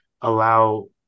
allow